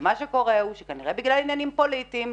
ומה שקורה זה שכנראה בגלל עניינים פוליטיים,